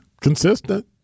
Consistent